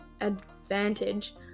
advantage